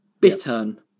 bittern